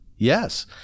Yes